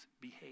behave